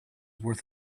worth